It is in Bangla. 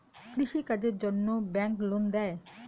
কৃষি কাজের জন্যে ব্যাংক লোন দেয়?